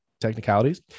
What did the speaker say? technicalities